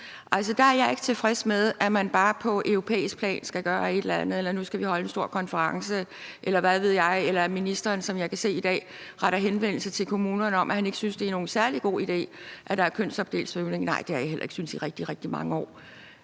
der er jeg ikke tilfreds med, at man bare på europæisk plan skal gøre et eller andet, eller nu skal vi holde en stor konference, eller hvad ved jeg, eller at udlændinge- og integrationsministeren, som jeg kan se i dag, retter henvendelse til kommunerne om, at han ikke synes, det er nogen særlig god idé, at der er kønsopdelt svømning. Nej, det har jeg heller ikke syntes i rigtig, rigtig mange år,